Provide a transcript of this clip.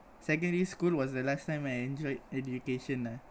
secondary school was the last time I enjoyed education lah